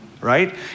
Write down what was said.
right